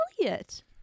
Elliot